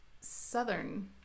Southern